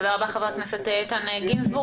תודה רבה חבר הכנסת איתן גינזבורג.